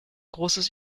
großes